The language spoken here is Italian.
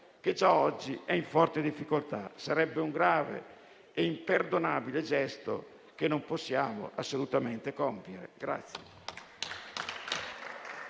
che già oggi è in forte difficoltà. Sarebbe un grave e imperdonabile gesto che non possiamo assolutamente compiere.